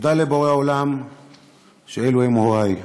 תודה לבורא עולם שאלו הם הורי.